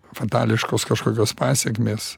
fatališkos kažkokios pasekmės